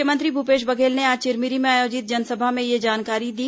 मुख्यमंत्री भूपेश बघेल ने आज चिरमिरी में आयोजित जनसभा में यह जानकारी दी